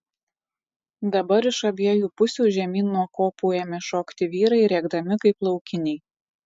dabar iš abiejų pusių žemyn nuo kopų ėmė šokti vyrai rėkdami kaip laukiniai